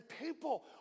people